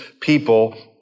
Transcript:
people